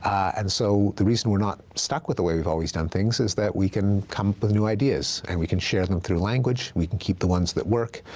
and so the reason we're not stuck with the way we've always done things is that we can come up with new ideas, and we can share them through language, we can keep the ones that work,